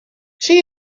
she